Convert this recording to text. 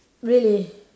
really